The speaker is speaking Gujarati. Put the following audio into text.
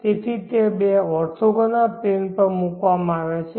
તેથી તે બે ઓર્થોગોનલ પ્લેન પર મૂકવામાં આવ્યા છે